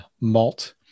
malt